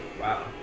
Wow